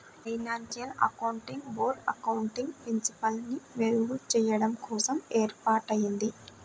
financial accounting board accounting ప్రిన్సిపల్స్ని మెరుగుచెయ్యడం కోసం ఏర్పాటయ్యింది